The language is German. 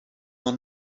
noch